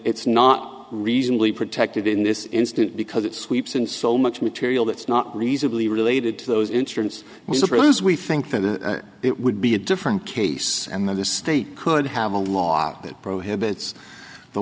it's not reasonably protected in this instance because it sweeps in so much material that's not reasonably related to those insurance i suppose we think that it would be a different case and then the state could have a law that prohibits the